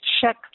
check